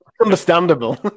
understandable